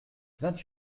vingt